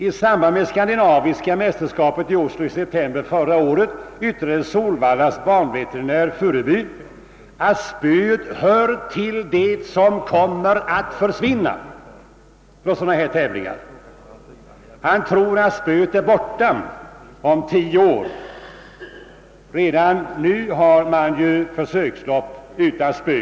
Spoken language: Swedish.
I samband med skandinaviska mästerskapet i Oslo i september förra året yttrade Solvallas banveterinär Furuby, att spöet hör till det som kommer att försvinna på sådana tävlingar. Han tror att spöet är borta om tio år. Redan nu anordnar man ju försökslopp utan spö.